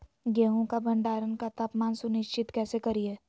गेहूं का भंडारण का तापमान सुनिश्चित कैसे करिये?